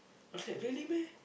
I said really meh